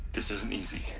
this isn't easy